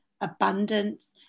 abundance